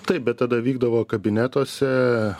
taip bet tada vykdavo kabinetuose